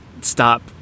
stop